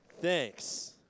thanks